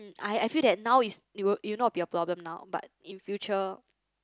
I I feel that now is you you not be a problem now but in future